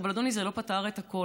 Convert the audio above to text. אבל אדוני, זה לא פתר את הכול.